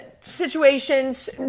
situations